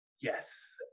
yes